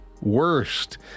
worst